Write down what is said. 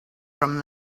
from